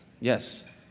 Yes